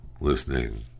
listening